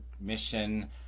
mission